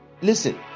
listen